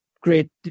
great